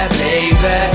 baby